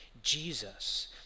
Jesus